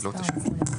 יעוץ משפטי,